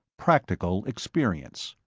practical experience.